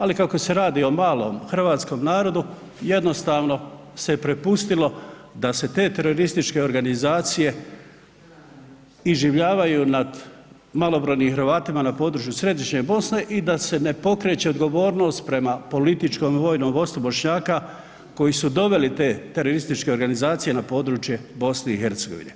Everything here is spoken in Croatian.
Ali kako se radi o malom hrvatskom narodu jednostavno se prepustilo da se te terorističke organizacije iživljavaju nad malobrojnim Hrvatima na području Središnje Bosne i da se ne pokreće odgovornost prema političkom i vojnom vodstvu Bošnjaka koji su doveli te terorističke organizacije na područje Bosne i Hercegovine.